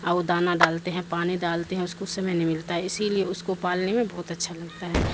اور وہ دانہ ڈالتے ہیں پانی ڈالتے ہیں اس کو سمے نہیں ملتا ہے اسی لیے اس کو پالنے میں بہت اچھا لگتا ہے